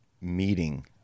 meeting